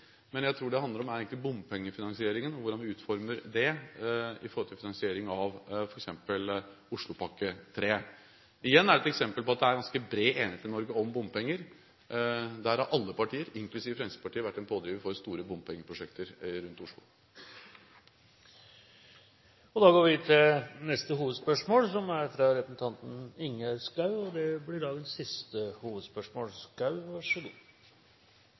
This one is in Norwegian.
Men det jeg tror det egentlig handler om, er bompengefinansieringen, hvordan man utformer den i forhold til finansieringen av f.eks. Oslopakke 3. Igjen er det et eksempel på at det er ganske bred enighet i Norge om bompenger. Alle partier, inklusiv Fremskrittspartiet, har vært pådrivere for store bompengeprosjekter rundt Oslo. Vi går til neste hovedspørsmål. Det blir dagens siste hovedspørsmål. Statsministeren sa i tilknytning til Lysbakken-saken – og